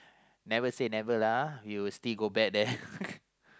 never say never lah we will still go back there